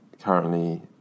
currently